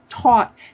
taught